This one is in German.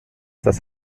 das